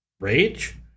Rage